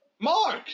Mark